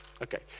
okay